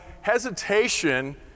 Hesitation